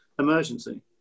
emergency